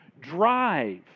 drive